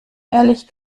ehrlich